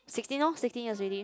sixteen lor sixteen years ready